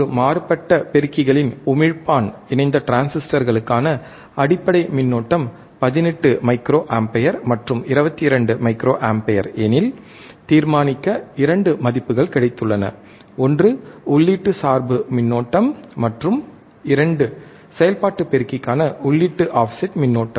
ஒரு மாறுபட்ட பெருக்கிகளின் உமிழ்ப்பான் இணைந்த டிரான்சிஸ்டர்களுக்கான அடிப்படை மின்னோட்டம் 18 மைக்ரோ ஆம்பியர் மற்றும் 22 மைக்ரோ ஆம்பியர் எனில் தீர்மானிக்க 2 மதிப்புகள் கிடைத்துள்ளன ஒன்று உள்ளீட்டு சார்பு மின்னோட்டம் மற்றும் 2 செயல்பாட்டு பெருக்கிக்கான உள்ளீட்டு ஆஃப்செட் மின்னோட்டம்